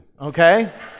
okay